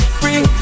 free